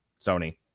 Sony